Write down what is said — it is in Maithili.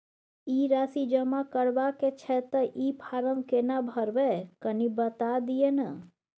ई राशि जमा करबा के छै त ई फारम केना भरबै, कनी बता दिय न?